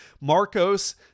Marcos